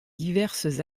diverses